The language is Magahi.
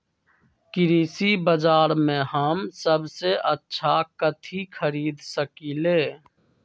कृषि बाजर में हम सबसे अच्छा कथि खरीद सकींले?